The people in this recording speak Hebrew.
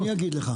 אני אגיד לך.